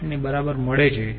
5 ની બરાબર મળે છે